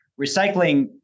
recycling